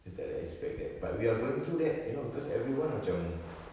kita tak boleh expect that but we're going through that you know because everyone macam